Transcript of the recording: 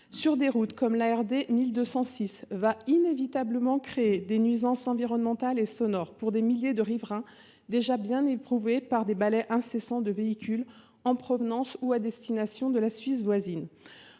route départementale (RD) 1206, va inévitablement créer des nuisances environnementales et sonores pour des milliers de riverains déjà bien éprouvés par le ballet incessant de véhicules en provenance ou à destination de la Suisse voisine.